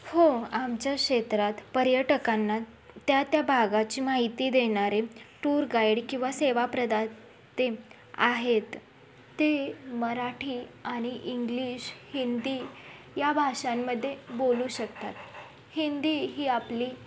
हो आमच्या क्षेत्रात पर्यटकांना त्या त्या भागाची माहिती देणारे टूर गाईड किंवा सेवाप्रदाते आहेत ते मराठी आणि इंग्लिश हिंदी या भाषांमध्ये बोलू शकतात हिंदी ही आपली